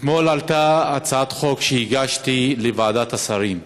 אתמול עלתה הצעת חוק שהגשתי לוועדת השרים.